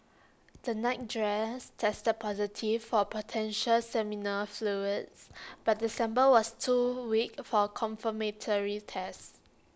the nightdress tested positive for potential seminal fluids but the sample was too weak for confirmatory tests